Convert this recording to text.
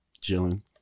chilling